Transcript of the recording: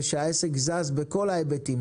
שהעסק יזוז בכל ההיבטים,